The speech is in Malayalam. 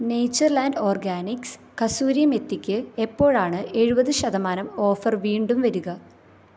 നേയ്ച്ചർ ലാൻഡ് ഓർഗാനിക്സ് കസൂരി മെത്തിക്ക് എപ്പോഴാണ് എഴുപത് ശതമാനം ഓഫർ വീണ്ടും വരിക